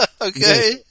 Okay